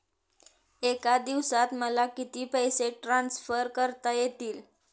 एका दिवसात मला किती पैसे ट्रान्सफर करता येतील?